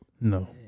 No